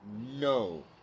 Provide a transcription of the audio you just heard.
no